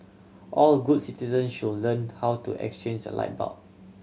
all good citizen should learn how to exchange a light bulb